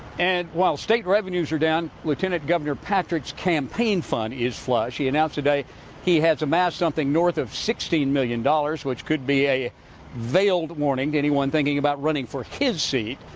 and while state revenues are down, lieutenant governor patrick's campaign fund is flush. he announced today he has amassed something north of sixteen million dollars, which could be a veiled warning to anyone thinking about running for his seat.